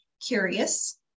curious